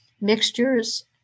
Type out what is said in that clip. mixtures